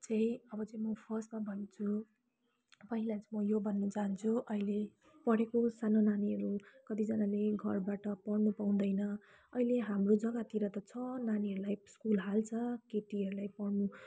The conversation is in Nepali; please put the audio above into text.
अब चाहिँ म फर्स्टमा भन्छु पहिला म यो भन्नु चाहन्छु अहिले पढेको सानो नानीहरू कतिजनाले घरबाट पढ्नु पाउँदैन अहिले हाम्रो जग्गातिर त छ नानीहरूलाई स्कुल हाल्छ केटीहरूलाई पढ्नु